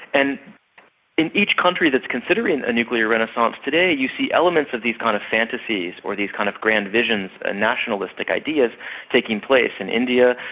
and in each country that's considering a nuclear renaissance today, you see elements of these kind of fantasies, or these kind of grand visions and nationalistic ideas taking place. in india,